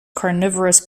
carnivorous